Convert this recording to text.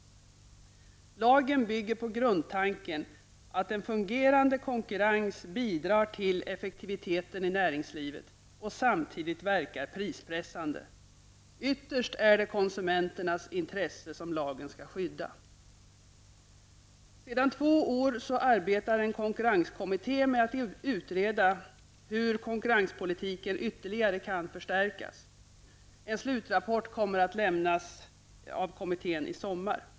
Lagen bygger på grundtanken att en fungerande konkurrens bidrar till effektiviteten i näringslivet samtidigt som den verkar prispressande. Ytterst är det konsumenternas intresse som lagen skall skydda. Sedan två år tillbaka arbetar en kommitté, konkurrenskommittén, med att utreda hur konkurrenspolitiken ytterligare kan förstärkas. En slutrapport kommer att lämnas av kommittén i sommar.